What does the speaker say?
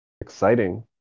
Exciting